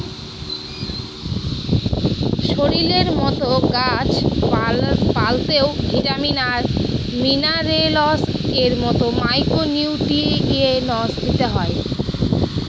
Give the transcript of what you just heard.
শরীরের মতো গাছ পালতেও ভিটামিন আর মিনারেলস এর মতো মাইক্র নিউট্রিয়েন্টস দিতে হয়